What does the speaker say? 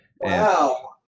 Wow